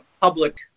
public